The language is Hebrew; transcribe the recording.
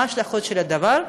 מה ההשלכות של הדבר,